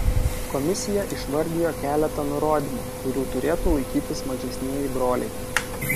komisija išvardijo keletą nurodymų kurių turėtų laikytis mažesnieji broliai